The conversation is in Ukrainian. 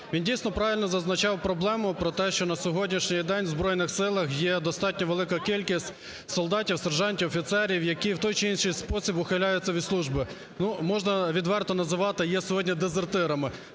він, дійсно, правильно зазначав проблему про те, що на сьогоднішній день у Збройних Силах є достатньо велика кількість солдатів, сержантів, офіцерів, які у той чи інший спосіб ухиляються від служби, ну, можна відверто називати, є сьогодні дезертирами.